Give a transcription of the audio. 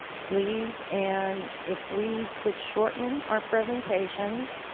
please, and if we could shorten our presentations,